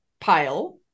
pile